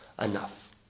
enough